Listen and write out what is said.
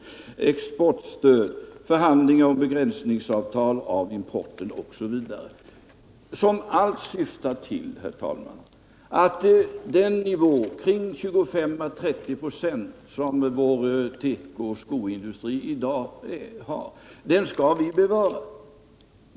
Vi har också föreslagit exportstöd och förhandling om begränsningsavtal när det gäller importen, osv. Allt detta syftar till att bevara den marknadsandel, 25-30 96, som vi i dag har.